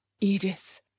Edith